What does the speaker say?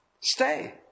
Stay